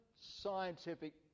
scientific